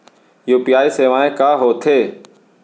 UPI सेवाएं का होथे?